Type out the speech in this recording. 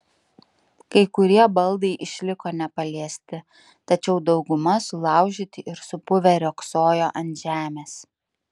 kai kurie baldai išliko nepaliesti tačiau dauguma sulaužyti ir supuvę riogsojo ant žemės